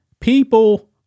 people